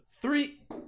three